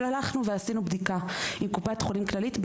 אבל הלכנו ועשינו בדיקה עם קופת חולים כללית.